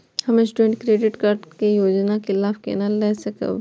हम student credit card के योजना के लाभ केना लय सकब?